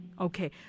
Okay